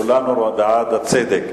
כולנו בעד הצדק,